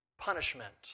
punishment